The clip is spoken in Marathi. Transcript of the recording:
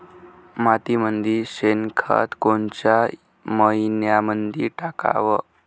मातीमंदी शेणखत कोनच्या मइन्यामंधी टाकाव?